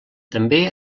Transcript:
també